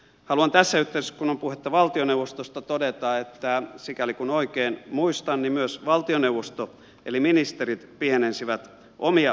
haluan tässä yhteydessä kun on puhetta valtioneuvostosta todeta että sikäli kuin oikein muistan myös valtioneuvosto eli ministerit pienensivät omia palkkioitaan